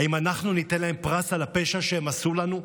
האם אנחנו ניתן להם פרס על הפשע שהם עשו לנו?